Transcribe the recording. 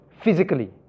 physically